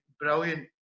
brilliant